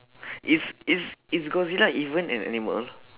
is is is godzilla even an animal